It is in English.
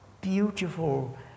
beautiful